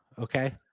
Okay